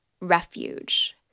refuge